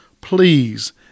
please